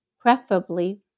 preferably